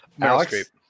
Alex